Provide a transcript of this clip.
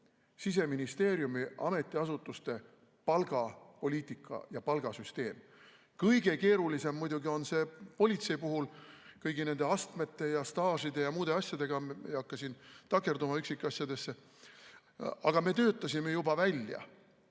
Siseministeeriumi ametiasutuste palgapoliitika ja palgasüsteem. Kõige keerulisem muidugi on see politsei puhul, kõigi nende astmete ja staažide ja muude asjadega, ma ei hakka siin takerduma üksikasjadesse. Aga me töötasime